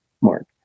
mark